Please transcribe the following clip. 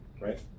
right